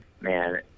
Man